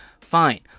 Fine